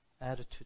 attitude